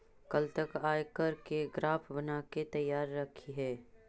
कल तक आयकर के ग्राफ बनाके तैयार रखिहें